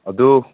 ꯑꯗꯨ